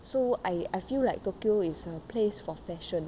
so I I feel like tokyo is a place for fashion